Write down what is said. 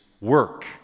work